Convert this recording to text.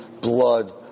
blood